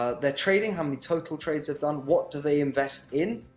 ah their trading how many total trades they've done, what do they invest in.